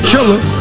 Killer